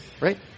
right